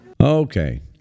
Okay